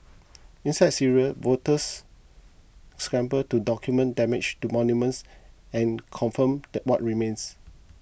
inside Syria volunteers scramble to document damage to monuments and confirm what remains